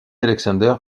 alexander